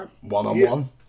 one-on-one